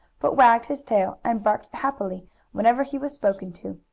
but wagged his tail, and barked happily whenever he was spoken to.